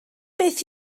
beth